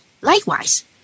Likewise